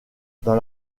dans